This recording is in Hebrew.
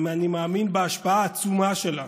אני מאמין בהשפעה העצומה שלה